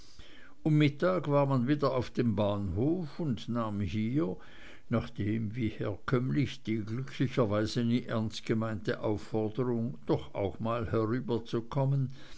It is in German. um mittag war man wieder auf dem bahnhof und nahm hier nachdem wie herkömmlich die glücklicherweise nie ernst gemeinte aufforderung doch auch mal